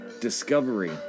discovery